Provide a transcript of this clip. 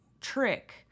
trick